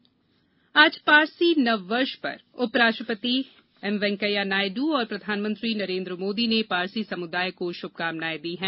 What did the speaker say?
नवरोज आज पारसी नववर्ष पर उप राष्ट्रपति वैंकैया नायडू और प्रधानमत्री नरेन्द्र मोदी ने पारसी समुदाय को शुभकामनाएं दी हैं